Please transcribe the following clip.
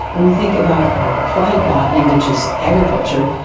when we think about our applied botany, which is agriculture,